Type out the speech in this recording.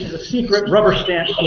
a secret rubber stamped